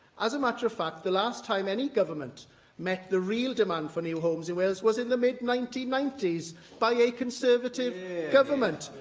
as a matter of fact, the last time any government met the real demand for new homes in wales was in the mid nineteen ninety s by a conservative government.